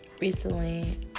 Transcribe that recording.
Recently